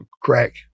crack